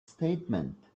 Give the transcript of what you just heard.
statement